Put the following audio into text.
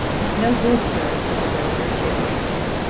it's no good, sir, said the burglar, shaking his head.